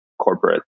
corporate